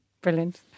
Brilliant